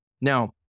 Now